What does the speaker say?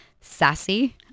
sassy